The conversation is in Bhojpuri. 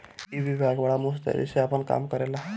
ई विभाग बड़ा मुस्तैदी से आपन काम करेला